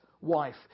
wife